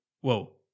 whoa